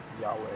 Yahweh